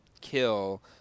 kill